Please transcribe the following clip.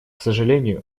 сожалению